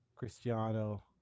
Cristiano